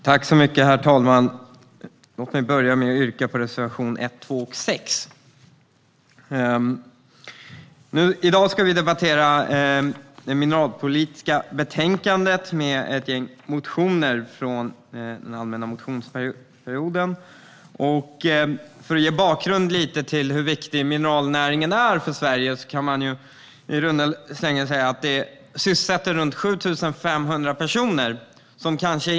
Herr talman! Låt mig börja med att yrka bifall till reservationerna 1, 2 och 6. I dag ska vi debattera det mineralpolitiska betänkandet, som innehåller motioner från allmänna motionstiden. För att ge lite bakgrund om hur viktig mineralnäringen är för Sverige kan jag nämna att den sysselsätter i runda slängar 7 500 personer.